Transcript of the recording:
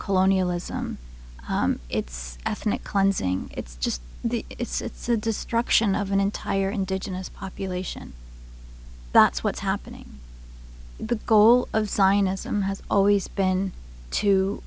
colonialism it's ethnic cleansing it's just the it's the destruction of an entire indigenous population that's what's happening the goal of sinus them has always been to